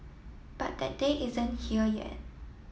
but that day isn't here yet